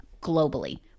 globally